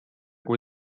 kui